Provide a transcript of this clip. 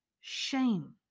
shame